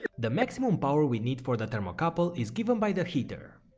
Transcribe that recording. the minimum power we need for the thermocouple is given by the heater.